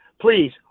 please